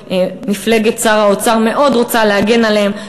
שמפלגת שר האוצר מאוד רוצה להגן עליו.